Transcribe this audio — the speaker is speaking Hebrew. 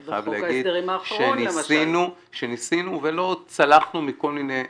אני חייב להגיד שניסינו ולא צלחנו מכל מיני סיבות.